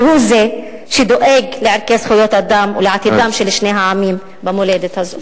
והוא שדואג לערכי זכויות אדם ולעתידם של שני העמים במולדת הזאת.